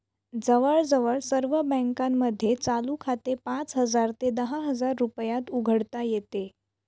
जवळजवळ सर्व बँकांमध्ये चालू खाते पाच हजार ते दहा हजार रुपयात उघडता येते